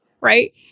right